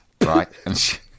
right